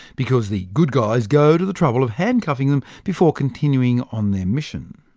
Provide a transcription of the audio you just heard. because the good guys go to the trouble of handcuffing them before continuing on their mission.